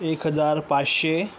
एक हजार पाचशे